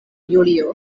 julio